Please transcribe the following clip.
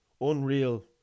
Unreal